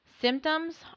Symptoms